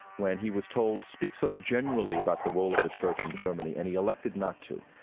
when he was told, speak sort of generally about the role of the church in germany, and he elected not to.